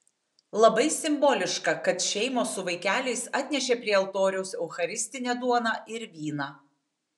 labai simboliška kad šeimos su vaikeliais atnešė prie altoriaus eucharistinę duoną ir vyną